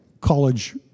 college